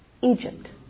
Egypt